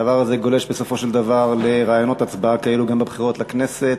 הדבר הזה גולש בסופו של דבר לרעיונות הצבעה כאלה גם בבחירות לכנסת,